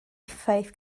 effaith